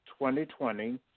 2020